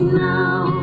now